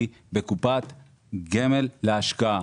היא בקופת גמל להשקעה.